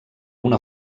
una